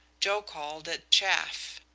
joe called it chaff.